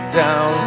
down